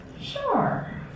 sure